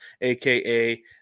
aka